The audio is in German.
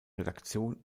redaktion